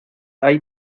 ahí